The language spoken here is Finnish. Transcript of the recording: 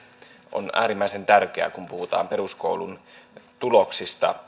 on äärimmäisen tärkeää kun puhutaan peruskoulun tuloksista